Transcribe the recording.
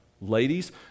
Ladies